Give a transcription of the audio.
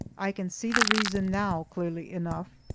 i can see the reason now clearly enough.